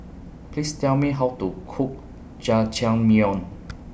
Please Tell Me How to Cook Jajangmyeon